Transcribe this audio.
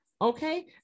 Okay